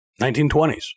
1920s